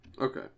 Okay